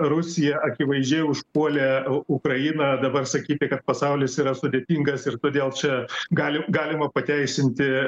rusija akivaizdžiai užpuolė ukrainą dabar sakyti kad pasaulis yra sudėtingas ir todėl čia galim galima pateisinti